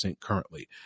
currently